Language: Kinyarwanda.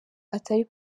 atari